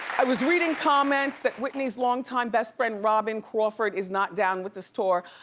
i was reading comments that whitney's long time best friend robyn crawford is not down with this tour.